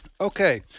Okay